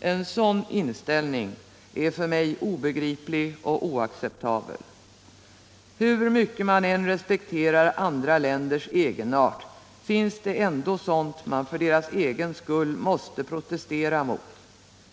En sådan inställning är för mig obegriplig och oacceptabel! ”Hur mycket man än respekterar andra länders egenart finns det ändå sådant man för deras egen skull måste protestera mot.